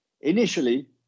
Initially